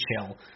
chill